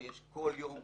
כשיש כל יום כמעט,